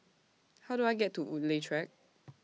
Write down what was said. How Do I get to Woodleigh Track